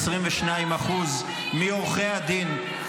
22% מעורכי הדין,